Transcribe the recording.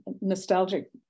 nostalgic